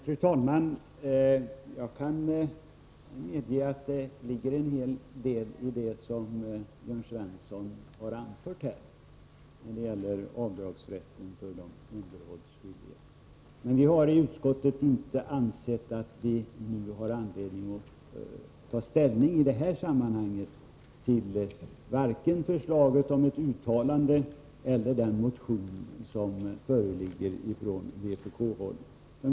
Fru talman! Jag kan medge att det ligger en hel del i det som Jörn Svensson anförde här när det gäller avdragsrätten för de underhållsskyldiga. Men vi har i utskottet inte ansett att vi nu har anledning att ta ställning till vare sig förslaget om ett uttalande eller den motion som vpk väckt.